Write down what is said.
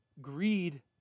greed